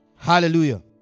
Hallelujah